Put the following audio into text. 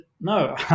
no